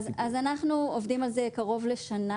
אז אנחנו עובדים על זה קרוב לשנה.